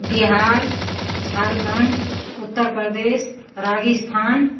Bihar Jharkhand Uttar Pradesh Rajasthan